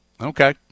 okay